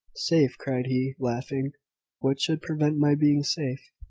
safe! cried he, laughing what should prevent my being safe?